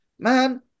Man